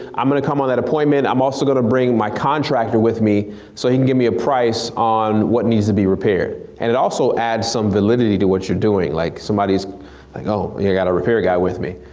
i'm gonna come on that appointment i'm also gonna bring my contractor with me so he can give me a price on what needs to be repaired. and it also adds some validity to what you're doing. like somebody's like oh, i got a repair guy with me.